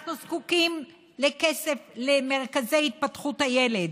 אנחנו זקוקים לכסף למרכזי התפתחות הילד,